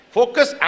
focus